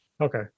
Okay